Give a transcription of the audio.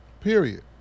Period